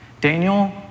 Daniel